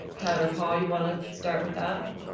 ted or paul, you wanna start with that?